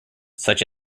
such